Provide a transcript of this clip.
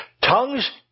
Tongues